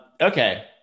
okay